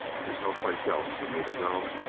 there's no place else for me to go.